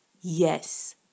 Yes